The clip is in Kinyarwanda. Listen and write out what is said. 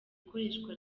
ikoreshwa